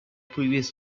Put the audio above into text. previous